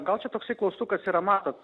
gal čia toksai klaustukas yra matot